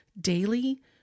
Daily